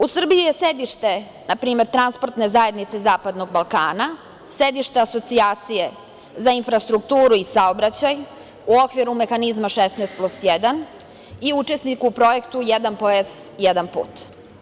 U Srbiji je sedište npr. transportne zajednice zapadnog Balkana, sedište asocijacije za infrastrukturu i saobraćaj u okviru mehanizma 16+1 i učesnik u projektu jedan pojas jedan put.